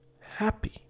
happy